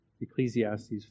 Ecclesiastes